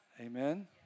Amen